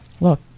look